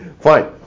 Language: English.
fine